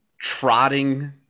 Trotting